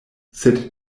sed